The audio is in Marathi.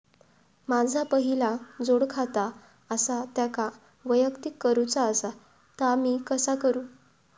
माझा पहिला जोडखाता आसा त्याका वैयक्तिक करूचा असा ता मी कसा करू?